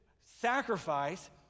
sacrifice